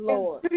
Lord